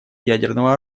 ядерного